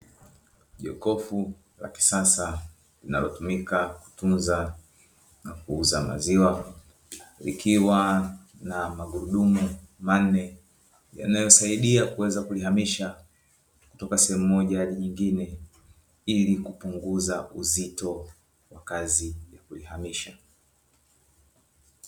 Jokofu la kisasa linalotumika kutunza na kuuza maziwa, likiwa na magurudumu manne yanayosaidia kuweza kuliamisha, kutoka sehemu moja hadi nyingine, ili kupunguza uzito na kazi ya kuihamisha.